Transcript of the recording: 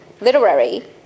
literary